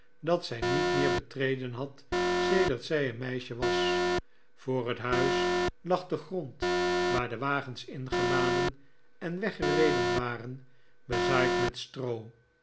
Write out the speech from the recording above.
dat zij niet meer betreden had sedert zij een meisje was voor het huis lag de grond waar de wagens ingeladen en weggereden waren bezaaid met stroo